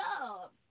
love